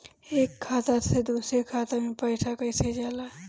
एक खाता से दूसर खाता मे पैसा कईसे जाला?